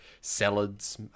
salads